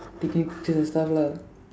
taking pictures and stuff lah